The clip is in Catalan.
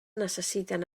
necessiten